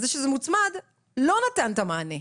זה שזה מוצמד לא נתן את המענה,